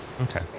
Okay